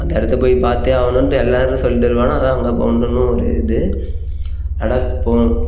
அந்த இடத்தப் போய் பார்த்தே ஆகணுன்ட்டு எல்லோரும் சொல்லிகிட்டு இருப்பானுக அதுதான் அங்கே போகணும்னு ஒரு இது லடாக் போகணும்